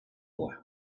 voix